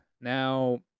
Now